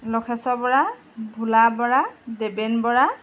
Lakheswar Bora Bhola Bora Deben Bora